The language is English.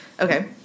Okay